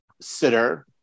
sitter